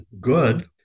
good